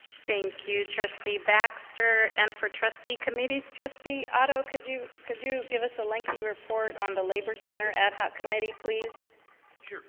thank you trustee baxter and for trustee committees trustee auto could you could you give us a lengthy report on the labor center ad hoc committee please